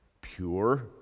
pure